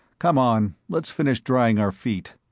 come on, let's finish drying our feet.